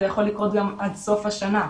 זה יכול לקרות גם עד סוף השנה.